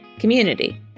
Community